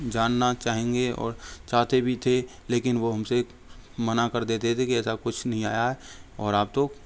जानना चाहेंगे और चाहते भी थे लेकिन वो हमसे मना कर देते थे कि ऐसा कुछ नहीं आया है और आप तो